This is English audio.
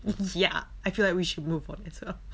ya I feel like we should move on as well